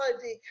idea